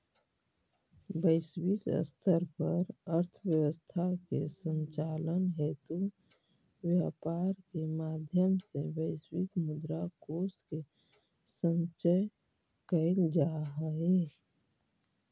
वैश्विक स्तर पर अर्थव्यवस्था के संचालन हेतु व्यापार के माध्यम से वैश्विक मुद्रा कोष के संचय कैल जा हइ